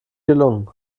gelungen